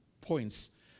points